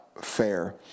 fair